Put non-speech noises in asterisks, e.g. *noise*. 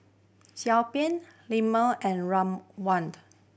*unintelligible* ban lemang and rawone